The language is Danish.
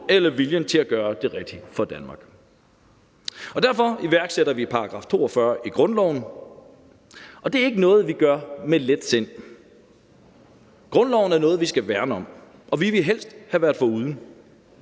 eller viljen til at gøre det rigtige for Danmark. Derfor iværksætter vi § 42 i grundloven. Det er ikke noget, vi gør med let sind, for grundloven er noget, vi skal værne om, og vi ville helst have været det foruden.